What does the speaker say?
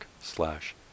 slash